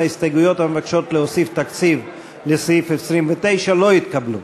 ההסתייגויות המבקשות להוסיף תקציב לסעיף 29 לא התקבלו.